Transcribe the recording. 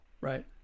Right